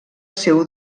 seu